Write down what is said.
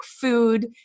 food